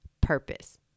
purpose